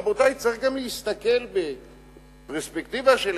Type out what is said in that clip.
רבותי, צריך גם להסתכל בפרספקטיבה של ההיסטוריה,